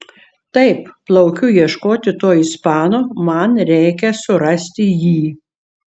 taip plaukiu ieškoti to ispano man reikia surasti jį